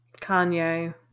kanye